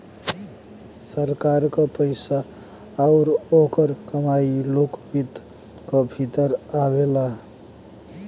सरकार क पइसा आउर ओकर कमाई लोक वित्त क भीतर आवेला